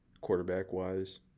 quarterback-wise